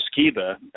Skiba